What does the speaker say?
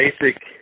basic